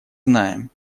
знаем